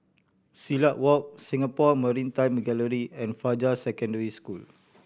Silat Walk Singapore Maritime Gallery and Fajar Secondary School